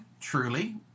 truly